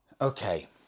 Okay